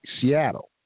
Seattle